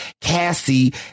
Cassie